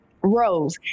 rose